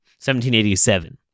1787